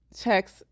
checks